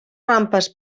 rampes